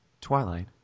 Twilight